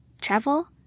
Travel